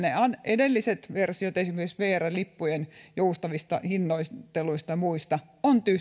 edelliset versiot esimerkiksi vrn lippujen joustavista hinnoitteluista ja muista on